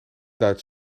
duidt